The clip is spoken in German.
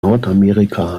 nordamerika